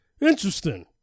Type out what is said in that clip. Interesting